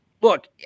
look